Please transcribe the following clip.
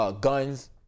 guns